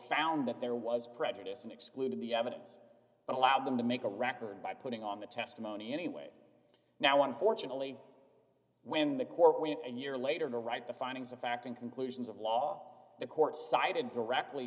found that there was prejudice and excluded the evidence and allowed them to make a record by putting on the testimony anyway now unfortunately when the court when a year later to write the findings of fact and conclusions of law the court cited directly